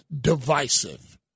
divisive